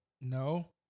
No